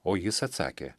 o jis atsakė